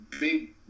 big